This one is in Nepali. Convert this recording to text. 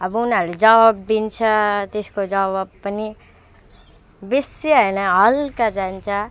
अब उनीहरूले जवाब दिन्छ त्यसको जवाब पनि बेसी होइन हल्का जान्दछ